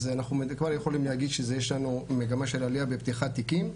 אז אנחנו כבר יכולים להגיד שיש לנו מגמה של עלייה בפתיחת תיקים.